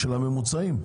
של הממוצעים.